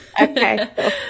okay